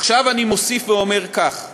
עכשיו, אני מוסיף ואומר כך: